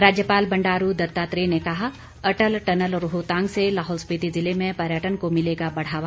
राज्यपाल बंडारू दत्तात्रेय ने कहा अटल टनल रोहतांग से लाहौल स्पिति जिले में पर्यटन को मिलेगा बढ़ावा